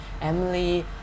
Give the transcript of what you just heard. emily